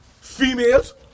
females